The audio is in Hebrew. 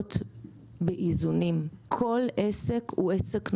להיעשות באיזונים, כל עסק הוא עסק נכון,